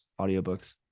audiobooks